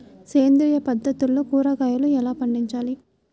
సేంద్రియ పద్ధతిలో కూరగాయలు ఎలా పండించాలి?